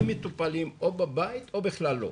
הם מטופלים בו בבית או בכלל לא.